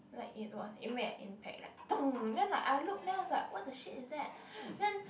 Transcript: like it was it made an impact like then like I look then I was like what the shit is that then